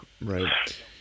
Right